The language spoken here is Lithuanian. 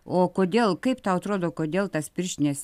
o kodėl kaip tau atrodo kodėl tas pirštines